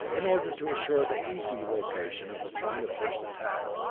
in order to assure the easy location of the point of first attack,